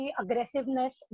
aggressiveness